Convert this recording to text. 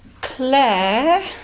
Claire